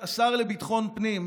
השר לביטחון הפנים,